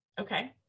okay